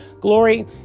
Glory